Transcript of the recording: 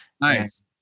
Nice